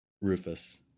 Rufus